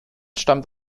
stammt